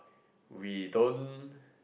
we don't